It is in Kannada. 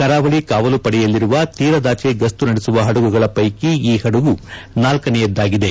ಕರಾವಳಿ ಕಾವಲು ಪಡೆಯಲ್ಲಿರುವ ತೀರದಾಚೆ ಗಸ್ತು ನಡೆಸುವ ಹಡಗುಗಳ ಪೈಕಿ ಈ ಹಡಗು ನಾಲ್ಕನೆಯದ್ದಾಗಿದೆ